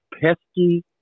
pesky